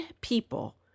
people